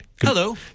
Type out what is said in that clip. Hello